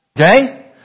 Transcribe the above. Okay